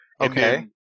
Okay